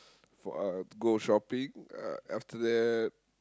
for uh go shopping uh after that